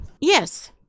yes